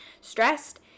stressed